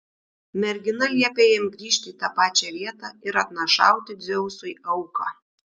mergina liepė jam grįžti į tą pačią vietą ir atnašauti dzeusui auką